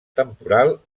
temporal